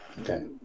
Okay